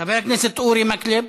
חבר הכנסת אורי מקלב,